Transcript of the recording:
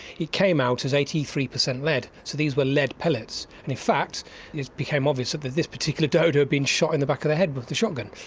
it came out as eighty three percent lead. so these were lead pallets. and in fact it became obvious that this particular dodo had been shot in the back of the head with the shot gun.